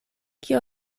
kio